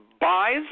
buys